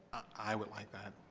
i wouldlike that